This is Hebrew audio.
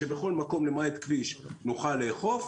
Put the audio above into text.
שבכל מקום למעט כביש נוכל לאכוף,